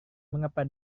mengapa